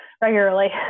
regularly